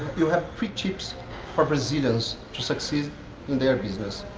you have three tips for brazilians to succeed in their business,